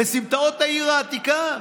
לסמטאות העיר העתיקה.